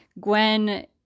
Gwen